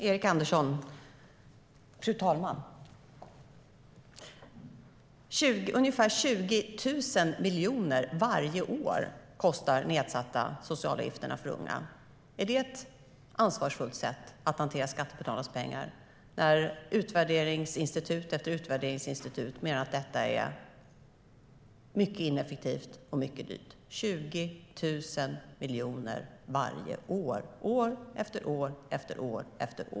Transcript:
Fru talman! Ungefär 20 000 miljoner varje år, Erik Andersson, kostar de nedsatta socialavgifterna för unga. Är det ett ansvarsfullt sätt att hantera skattebetalarnas pengar när utvärderingsinstitut efter utvärderingsinstitut menar att detta är mycket ineffektivt och dyrt - 20 000 miljoner varje år, år efter år?